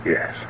Yes